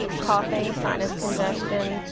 coughing, sinus congestion,